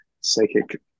psychic